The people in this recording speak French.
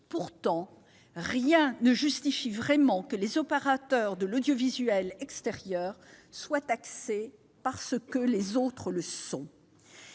Pourtant, rien ne justifie que les opérateurs de l'audiovisuel extérieur soient taxés parce que les autres le sont.